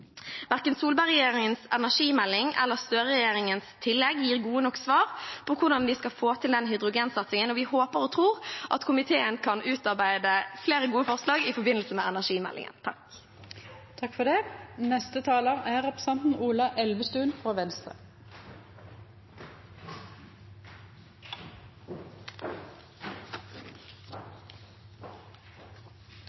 Verken Solberg-regjeringens energimelding eller Støre-regjeringens tillegg gir gode nok svar på hvordan vi skal få til den hydrogensatsingen, og vi håper og tror at komiteen kan utarbeide flere gode forslag i forbindelse med energimeldingen.